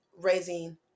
raising